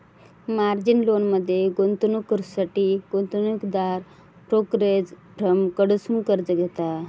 margin लोनमध्ये गुंतवणूक करुसाठी गुंतवणूकदार ब्रोकरेज फर्म कडसुन कर्ज घेता